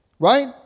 Right